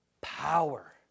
power